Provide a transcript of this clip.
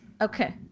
Okay